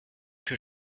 que